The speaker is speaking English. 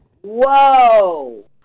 Whoa